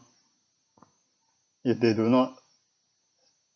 if they do not